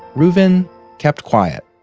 reuven kept quiet.